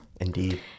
Indeed